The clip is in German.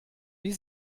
wie